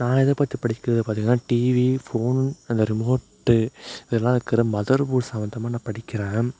நான் எதைப் பற்றி படிக்கிறது பார்த்திங்கனா டிவி ஃபோன் அந்த ரிமோட்டு அதலாம் இருக்கிற மதர்போர்ட்ஸ் சம்மந்தமாக நான் படிக்கிறேன்